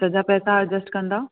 सॼा पेसा एडजस्ट कंदा